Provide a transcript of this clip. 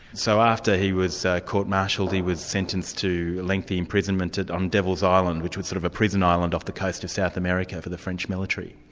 so after he was court martialled, he was sentenced to a lengthy imprisonment on devil's island which was sort of a prison island off the coast of south america for the french military.